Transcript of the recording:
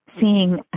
seeing